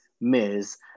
Ms